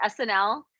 SNL